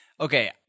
Okay